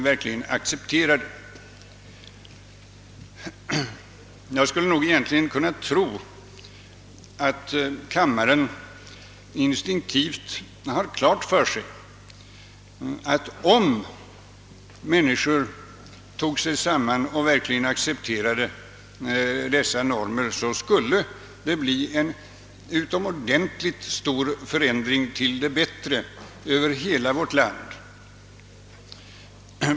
Men jag skuile tro att kammaren instinktivt har klart för sig att om människor toge sig samman och verkligen accepterade dessa normer, skulle det bli en utomordentligt stor förändring till det bättre över hela vårt land.